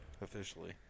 Officially